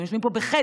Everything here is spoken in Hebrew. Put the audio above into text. הם יושבים פה בחסד,